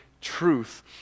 truth